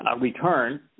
return